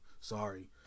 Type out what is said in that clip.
Sorry